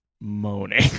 moaning